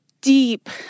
deep